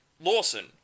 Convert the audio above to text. Lawson